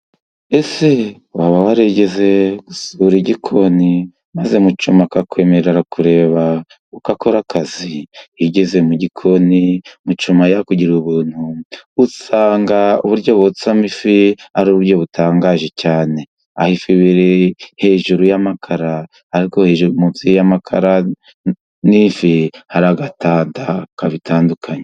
Ese waba warigeze gusura igikoni maze mucomo akakwemerera kureba uko akora akazi? Iyo ugeze mu gikoni mucoma yakugiriye Ubuntu, usanga uburyo botsamo ifi ari uburyo butangaje cyane, aho ifi iba iri hejuru y'amakara, ariko munsi y'amakara n'ifi hari agatanda kabitandukanya.